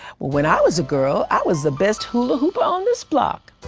when i was a girl, i was the best hula-hooper on this block.